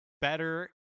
better